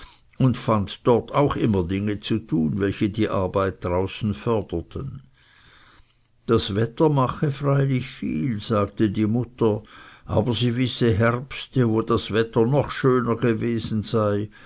und fand dort auch immer dinge zu tun welche die arbeit draußen förderten das wetter mache freilich viel sagte die mutter aber sie wisse herbste wo das wetter noch schöner gewesen sei